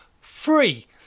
FREE